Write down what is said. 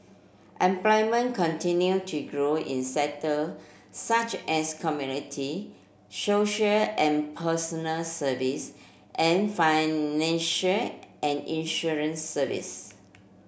employment continue to grow in sector such as community social and personal service and financial and insurance service